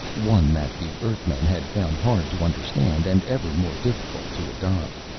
one that the earthmen had found hard to understand and ever more difficult to adopt.